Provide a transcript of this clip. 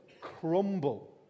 crumble